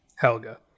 Helga